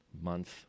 month